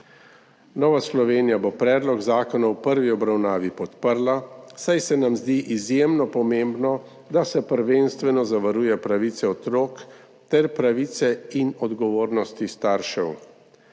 Nova Slovenija bo predlog zakona v prvi obravnavi podprla, saj se nam zdi izjemno pomembno, da se prvenstveno zavaruje pravice otrok ter pravice in odgovornosti staršev.